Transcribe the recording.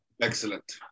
Excellent